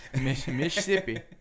Mississippi